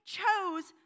chose